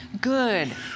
good